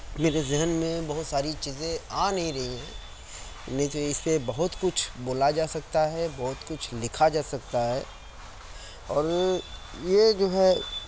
میرے ذہن میں بہت ساری چیزیں آ نہیں رہی ہیں نیچے اِس کے بہت کچھ بولا جا سکتا ہے بہت کچھ لِکھا جا سکتا ہے اور یہ جو ہے